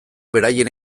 beraien